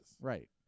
Right